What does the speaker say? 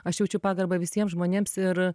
aš jaučiu pagarbą visiems žmonėms ir